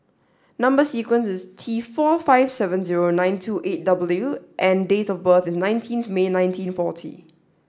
number sequence is T four five seven zero nine two eight W and date of birth is nineteenth May nineteen forty